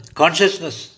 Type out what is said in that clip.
consciousness